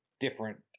different –